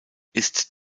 ist